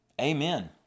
Amen